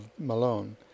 Malone